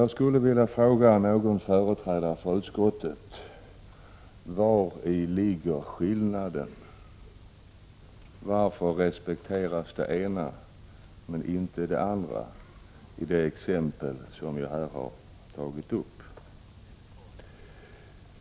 Jag skulle vilja fråga företrädarna för utskottet: Vari ligger skillnaden, varför respekteras det ena men inte det andra i det exempel som jag har tagit upp?